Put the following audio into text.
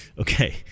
okay